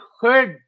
heard